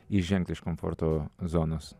išžengt iš komforto zonos